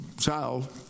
child